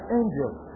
angels